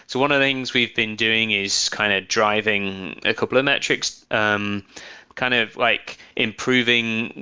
so one of the things we've been doing is kind of driving a couple of metrics, um kind of like improving,